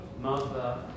mother